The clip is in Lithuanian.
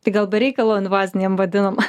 tai gal be reikalo invazinėm vadinama